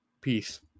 Peace